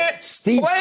Steve